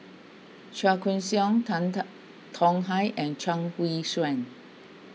Chua Koon Siong Tan Tong Hye and Chuang Hui Tsuan